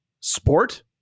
sport